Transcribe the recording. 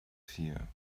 fear